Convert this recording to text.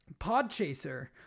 Podchaser